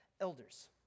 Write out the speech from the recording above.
elders